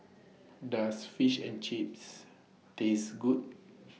Does Fish and Chips Taste Good